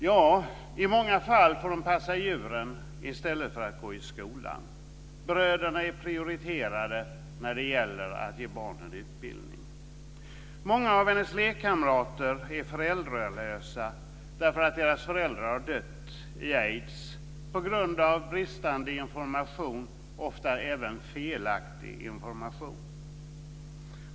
Ja, i många fall får hon passa djuren i stället för att gå i skolan. Bröderna är prioriterade när det gäller att ge barnen utbildning. Många av hennes lekkamrater är föräldralösa därför att deras föräldrar har dött i aids på grund av bristande information, ofta även felaktig information.